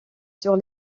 sur